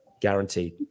guaranteed